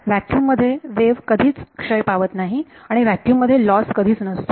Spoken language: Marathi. व्हॅक्यूम मध्ये वेव्ह कधीच क्षय पावत नाही आणि व्हॅक्यूम मध्ये लॉस कधीच नसतो